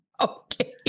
Okay